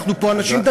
אנחנו פה אנשים דתיים,